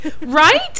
Right